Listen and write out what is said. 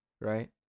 right